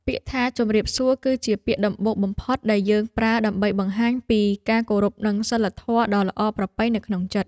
ពាក្យថាជម្រាបសួរ គឺជាពាក្យដំបូងបំផុតដែលយើងប្រើដើម្បីបង្ហាញពីការគោរព និងសីលធម៌ដ៏ល្អប្រពៃនៅក្នុងចិត្ត។